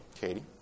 Katie